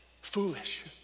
Foolish